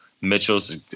Mitchell's